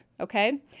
Okay